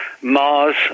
Mars